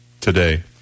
today